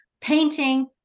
painting